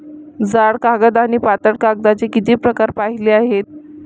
जाड कागद आणि पातळ कागदाचे किती प्रकार पाहिले आहेत?